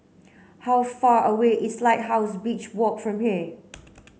how far away is Lighthouse Beach Walk from here